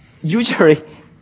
Usually